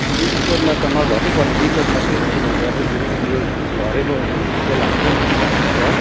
विन्टरमा त नझर्नु पर्ने विन्टरमा चाहिँ तिनीहरूको अझै त्यो झरेको बेला हुन्छ नि रौँ